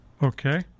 Okay